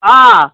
آ